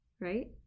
Right